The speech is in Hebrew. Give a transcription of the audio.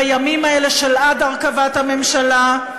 בימים האלה שעד הרכבת הממשלה,